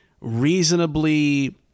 reasonably